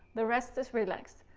the rest is relaxed.